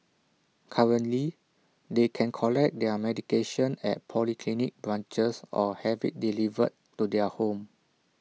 currently they can collect their medication at polyclinic branches or have IT delivered to their home